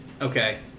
Okay